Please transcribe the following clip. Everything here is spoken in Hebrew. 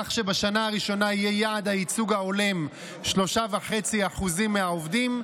כך שבשנה הראשונה יהיה יעד הייצוג ההולם 3.5% מהעובדים,